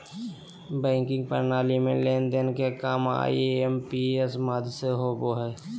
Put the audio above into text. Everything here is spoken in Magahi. बैंकिंग प्रणाली में लेन देन के काम आई.एम.पी.एस माध्यम से होबो हय